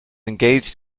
engaged